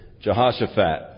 Jehoshaphat